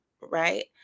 right